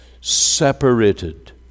separated